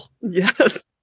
Yes